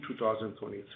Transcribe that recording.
2023